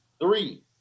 three